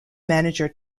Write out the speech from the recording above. manager